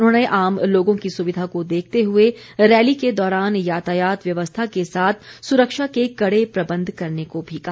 उन्होंने आम लोगों की सुविधा को देखते हुए रैली के दौरान यातायात व्यवस्था के साथ सुरक्षा के कड़े प्रबंध करने को भी कहा